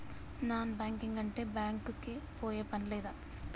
Non banking అంటే bank కి పోయే పని లేదా?